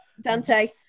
Dante